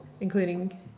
including